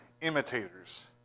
imitators